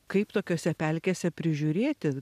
kaip tokiose pelkėse prižiūrėti